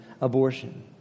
abortion